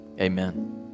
Amen